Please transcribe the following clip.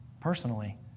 personally